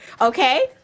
Okay